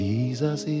Jesus